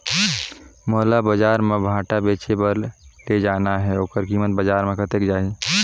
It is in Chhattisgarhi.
मोला बजार मां भांटा बेचे बार ले जाना हे ओकर कीमत बजार मां कतेक जाही?